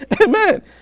Amen